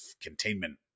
containment